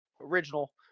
original